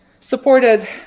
supported